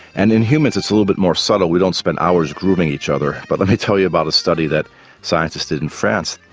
and in humans it's a little bit more subtle, we don't spend hours grooming each other but let me tell you about a study that scientists did in france.